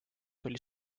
tuli